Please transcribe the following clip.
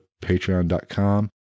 patreon.com